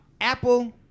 Apple